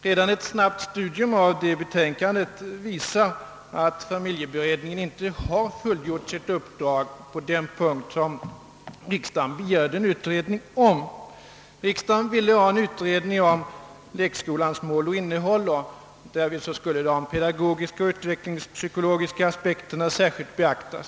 Redan ett snabbt studium av det betänkandet visar att familjeberedningen inte har fullgjort sitt uppdrag på den punkt där riksdagen begärt en utredning. Riksdagen ville ha en utredning om lekskolans mål och innehåll, varvid pedagogiska och utvecklingspsykologiska aspekter särskilt skulle beaktas.